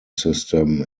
system